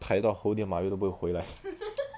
排到后面马路都不会回来